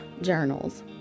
journals